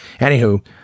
Anywho